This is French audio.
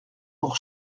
pour